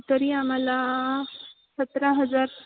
तरी आम्हाला सतरा हजार